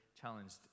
challenged